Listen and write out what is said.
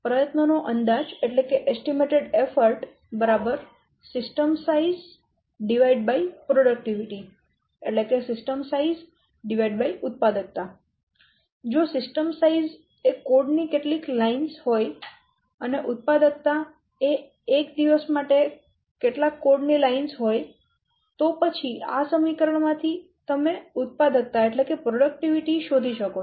પ્રયત્નો નો અંદાજ સિસ્ટમ સાઈઝ ઉત્પાદકતા જો સિસ્ટમ સાઈઝ એ કોડ ની કેટલીક લાઈનો હોય અને ઉત્પાદકતા એ એક દિવસ માટે કેટલાક કોડ ની લાઇન હોય તો પછી આ સમીકરણમાંથી તમે ઉત્પાદકતા શોધી શકો છો